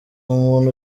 umuntu